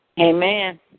Amen